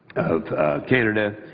of canada,